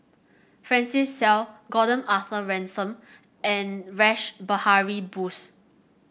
Francis Seow Gordon Arthur Ransome and Rash Behari Bose